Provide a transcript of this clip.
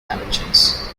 dimensions